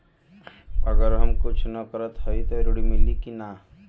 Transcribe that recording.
हम अगर कुछ न करत हई त ऋण मिली कि ना?